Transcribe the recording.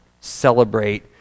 celebrate